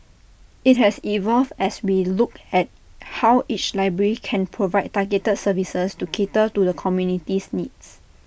IT has evolved as we look at how each library can provide targeted services to cater to the community's needs